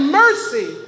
mercy